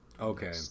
okay